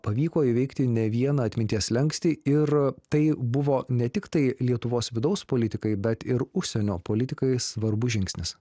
pavyko įveikti ne vieną atminties slenkstį ir tai buvo ne tiktai lietuvos vidaus politikai bet ir užsienio politikai svarbus žingsnis